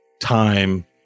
time